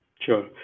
Sure